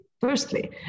firstly